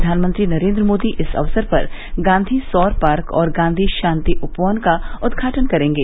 प्रधानमंत्री नरेन्द्र मोदी इस अवसर पर गांधी सौर पार्क और गांधी शांति उपवन का उदघाटन करेंगे